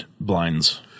blinds